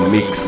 Mix